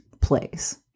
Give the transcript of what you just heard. place